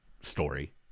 story